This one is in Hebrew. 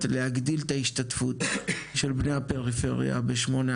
להגדיל את ההשתתפות של בני הפריפריה ב-81,